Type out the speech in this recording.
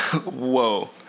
whoa